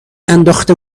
انداخته